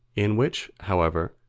in which, however,